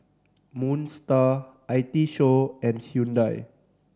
Moon Star I T Show and Hyundai